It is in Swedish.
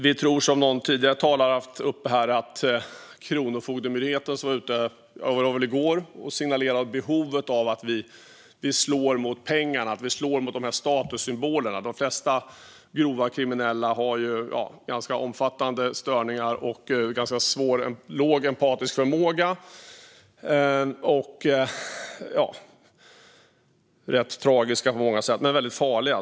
I går gick Kronofogdemyndigheten ut och signalerade behovet av att slå mot pengar och statussymboler. De flesta grova kriminella har ganska omfattande störningar och låg empatisk förmåga. De är rätt tragiska på många sätt men väldigt farliga.